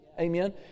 amen